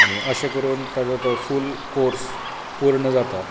आनी अशें करून ताजो तो फुल कोर्स पूर्ण जाता